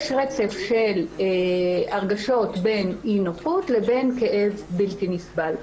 יש רצף של הרגשות בין אי נחות לבין כאב בלתי נסבל.